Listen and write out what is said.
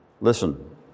Listen